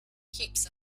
keeps